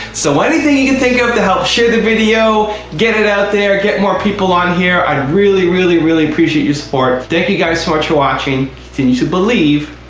so anything you can think of to help share the video, get it out there, get more people on here, i'd really, really, really appreciate your support. thank you guys so much for watching, continue to believe,